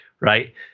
right